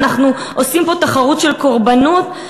אנחנו עושים פה תחרות של קורבנות,